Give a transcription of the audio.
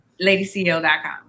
LadyCL.com